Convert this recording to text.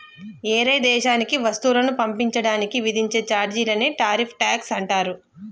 ఏరే దేశానికి వస్తువులను పంపించడానికి విధించే చార్జీలనే టారిఫ్ ట్యాక్స్ అంటారు